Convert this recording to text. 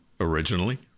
originally